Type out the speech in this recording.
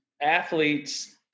athletes